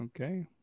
Okay